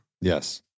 Yes